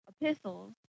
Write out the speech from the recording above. epistles